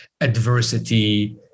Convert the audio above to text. adversity